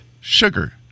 sugar